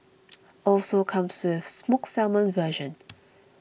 also comes with smoked salmon version